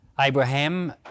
Abraham